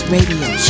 Radio